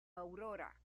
aurora